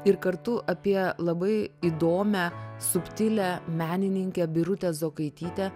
ir kartu apie labai įdomią subtilią menininkę birutę zokaitytę